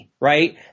right